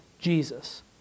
Jesus